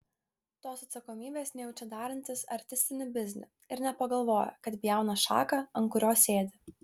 tos atsakomybės nejaučia darantys artistinį biznį ir nepagalvoja kad pjauna šaką ant kurios sėdi